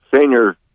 senior